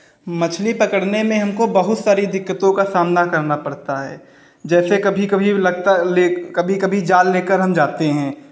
मछली पकड़ने में हमको बहुत सारी दिक्कतों का सामना करना पड़ता है जैसे कभी कभी वो लगता है लेके कभी कभी जाल लेकर हम जाते हैं